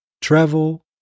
travel